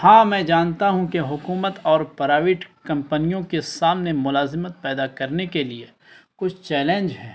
ہاں میں جانتا ہوں کہ حکومت اور پرائیویٹ کمپنیوں کے سامنے ملازمت پیدا کرنے کے لیے کچھ چیلنج ہیں